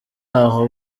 aho